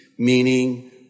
meaning